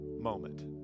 moment